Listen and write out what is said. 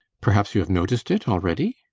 perhaps you have noticed it already?